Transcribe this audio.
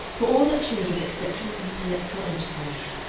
for all that she was of exceptional intellectual enterprise,